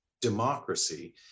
democracy